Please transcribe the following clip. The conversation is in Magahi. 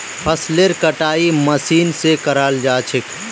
फसलेर कटाई मशीन स कराल जा छेक